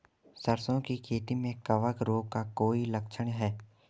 सरसों की खेती में कवक रोग का कोई लक्षण है?